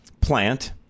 plant